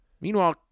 Meanwhile